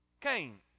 Cain